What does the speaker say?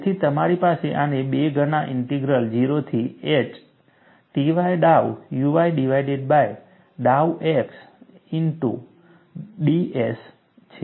તેથી તમારી પાસે આને બે ગણા ઇન્ટિગ્રલ 0 થી h Ty ડાઉ uy ડિવાઇડેડ બાય ડાઉ x ઇનટુ ds છે